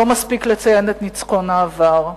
לא מספיק לציין את ניצחון העבר.